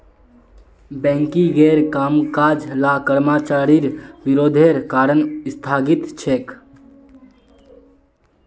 बैंकिंगेर कामकाज ला कर्मचारिर विरोधेर कारण स्थगित छेक